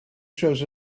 shows